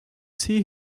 see